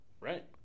right